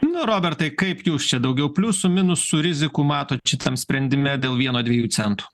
nu robertai kaip jūs čia daugiau pliusų minusų rizikų matot šitam sprendime dėl vieno dviejų centų